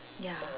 ya